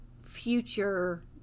future